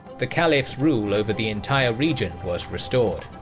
the caliph's rule over the entire region was restored.